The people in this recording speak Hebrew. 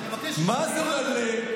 מה זה מלא?